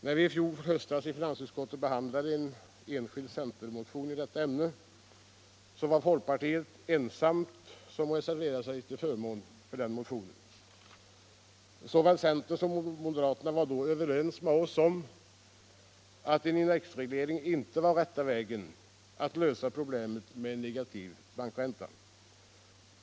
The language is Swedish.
När vi i fjol höst i finansutskottet behandlade en enskild centermotion i detta ämne var folkpartiet ensamt om att reservera sig till förmån för motionen. Såväl centern som moderaterna var då överens med oss om att indexreglering inte var rätta vägen att lösa problemet med negativ bankränta.